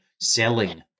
selling